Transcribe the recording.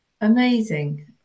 Amazing